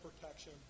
protection